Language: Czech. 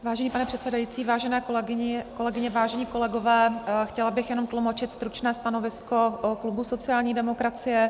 Vážený pane předsedající, vážené kolegyně, vážení kolegové, chtěla bych jenom tlumočit stručné stanovisko klubu sociální demokracie.